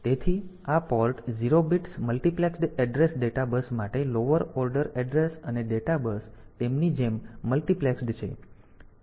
તેથી આ port 0 bits multiplexed addressed data bus માટે લોઅર ઓર્ડર એડ્રેસ અને ડેટા બસ તેમની જેમ મલ્ટિપ્લેકસ્ડ છે